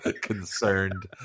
Concerned